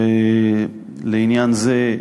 ולעניין זה,